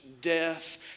death